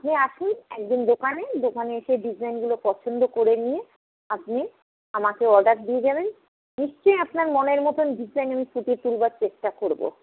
আপনি আসুন একদিন দোকানে দোকানে এসে ডিজাইনগুলো পছন্দ করে নিয়ে আপনি আমাকে অর্ডার দিয়ে যাবেন নিশ্চয়ই আপনার মনের মতো ডিজাইন আমি ফুটিয়ে তোলবার চেষ্টা করব